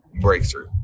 breakthrough